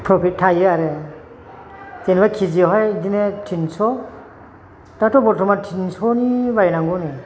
profit थायो आरो जेनेबा के जि यावहाय बिदिनो टिनस' दाथ' बर्थ'मान थिनस'नि बायनांगौनो